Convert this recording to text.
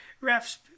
ref's